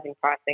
pricing